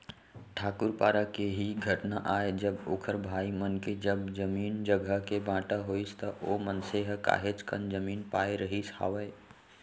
ठाकूर पारा के ही घटना आय जब ओखर भाई मन के जब जमीन जघा के बाँटा होइस त ओ मनसे ह काहेच कन जमीन पाय रहिस हावय